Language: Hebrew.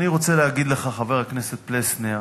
אני רוצה להגיד לך, חבר הכנסת פלסנר,